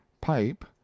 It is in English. pipe